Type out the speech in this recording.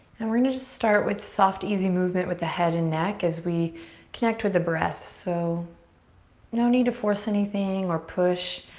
and we're gonna just start with soft, easy movement with the head and neck as we connect with the breaths. so no need to force anything or push.